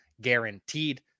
guaranteed